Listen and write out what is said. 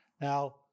Now